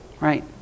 Right